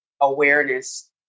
awareness